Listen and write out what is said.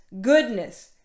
goodness